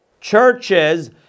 churches